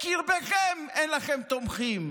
בקרבכם אין לכם תומכים.